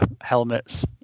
helmets